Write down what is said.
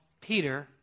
Peter